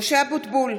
משה אבוטבול,